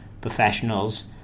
professionals